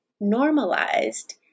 normalized